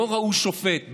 לא ראו שופט.